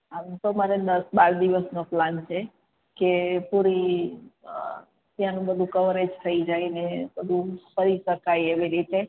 આમ તો મારે દસ બાર દિવસનો પ્લાન છે કે પૂરી ત્યાંનુ બધું કવરેજ થઈ જાય ને બધું ફરી શકાય એવી રીતે